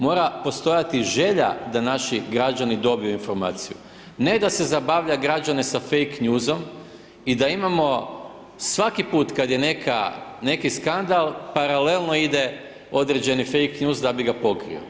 Mora postojati želja da naši građani dobiju informaciju, ne da se zabavlja građane sa fake newsom i da imamo svaki put kad je neki skandal, paralelno ide određeni fake news da bi ga pokrio.